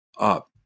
up